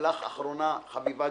ולך אחרונה חביבה,